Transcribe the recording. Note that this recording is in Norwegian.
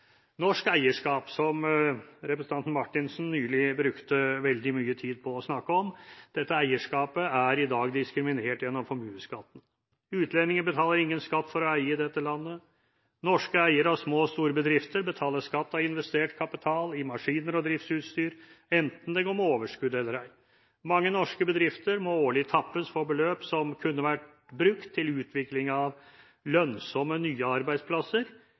Norsk eierskap, som representanten Marthinsen nylig brukte veldig mye tid på å snakke om, er i dag diskriminert gjennom formuesskatten. Utlendinger betaler ingen skatt for å eie i dette landet, mens norske eiere av små og store bedrifter betaler skatt av investert kapital i maskiner og driftsutstyr, enten det går med overskudd eller ei. Mange norske bedrifter må årlig tappes for beløp som kunne vært brukt til utvikling av lønnsomme, nye arbeidsplasser